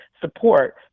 support